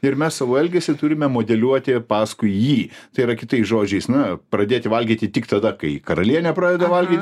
ir mes savo elgesį turime modeliuoti paskui jį tai yra kitais žodžiais na pradėti valgyti tik tada kai karalienė pradeda valgyti